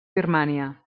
birmània